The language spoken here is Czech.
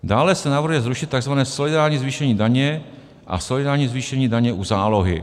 Dále se navrhuje zrušit takzvané solidární zvýšení daně a solidární zvýšení daně u zálohy.